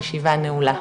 הישיבה נעולה.